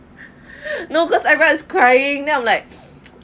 no because everyone is crying and then I'm like